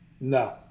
No